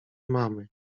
mamy